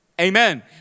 Amen